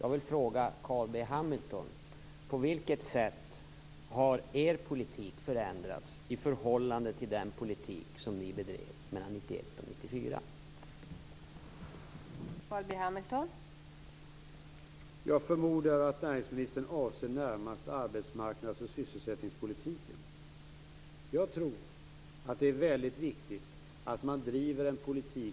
Jag vill fråga Carl B Hamilton: På vilket sätt har er politik förändrats i förhållande till den politik ni bedrev mellan 1991 och 1994?